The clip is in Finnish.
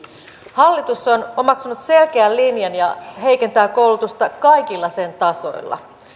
hallitus on omaksunut selkeän linjan ja heikentää koulutusta kaikilla sen tasoilla